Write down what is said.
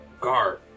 guard